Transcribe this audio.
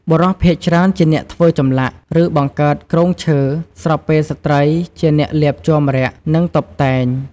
បុរសភាគច្រើនជាអ្នកធ្វើចម្លាក់ ឬ បង្កើតគ្រោងឈើ ស្របពេលស្ត្រីជាអ្នកលាបជ័រម្រ័ក្សណ៍ និងតុបតែង។